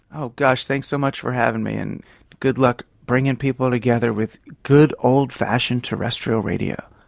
oh gosh, thanks so much for having me, and good luck bringing people together with good old fashioned terrestrial radio.